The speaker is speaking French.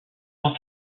sans